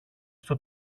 στο